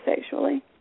sexually